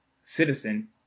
citizen